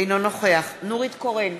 אינו נוכח נורית קורן,